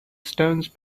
stones